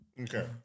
Okay